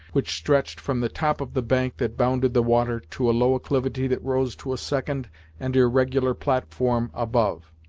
which stretched from the top of the bank that bounded the water, to a low acclivity that rose to a second and irregular platform above.